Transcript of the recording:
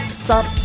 stop